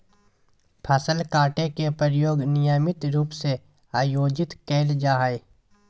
फसल काटे के प्रयोग नियमित रूप से आयोजित कइल जाय हइ